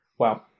Wow